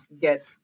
get